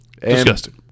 Disgusting